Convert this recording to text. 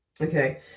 Okay